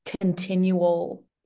continual